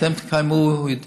רבותיי, אם אתם תקיימו דיון.